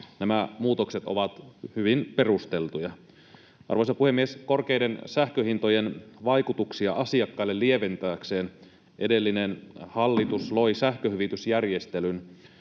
Nämä muutokset ovat hyvin perusteltuja. Arvoisa puhemies! Korkeiden sähköhintojen vaikutuksia asiakkaille lieventääkseen edellinen hallitus loi sähköhyvitysjärjestelyn,